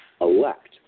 elect